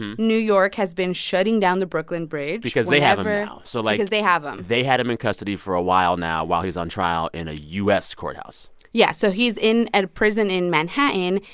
new york has been shutting down the brooklyn bridge whenever. because they have him now. so like. because they have him they had him in custody for a while now, while he's on trial in a u s. courthouse yeah. so he's in a prison in manhattan,